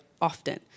often